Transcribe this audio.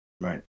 Right